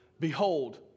Behold